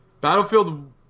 Battlefield